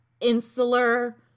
insular